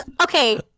okay